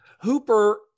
Hooper